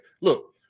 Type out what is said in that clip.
Look